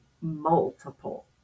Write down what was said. multiple